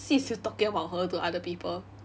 C is still talking about her to other people